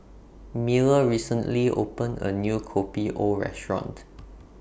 Miller recently opened A New Kopi O Restaurant